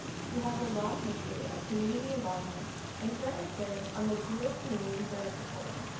she has a long history of community involvement and currently serves on the jewish community services board.